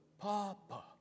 Papa